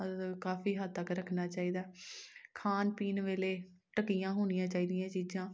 ਕਾਫੀ ਹੱਦ ਤੱਕ ਰੱਖਣਾ ਚਾਹੀਦਾ ਖਾਣ ਪੀਣ ਵੇਲੇ ਢੱਕੀਆਂ ਹੋਣੀਆਂ ਚਾਹੀਦੀਆਂ ਚੀਜ਼ਾਂ